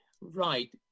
right